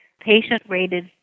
Patient-Rated